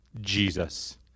Jesus